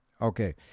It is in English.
okay